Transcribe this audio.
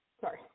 Sorry